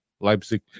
Leipzig